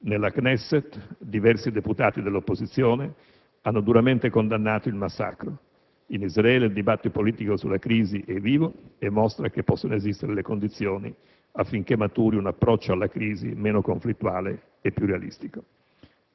Nella Knesset diversi deputati dell'opposizione hanno duramente condannato il massacro. In Israele il dibattito politico sulla crisi è vivo e mostra che possono esistere le condizioni affinché maturi un approccio alla crisi meno conflittuale e più realistico.